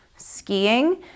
skiing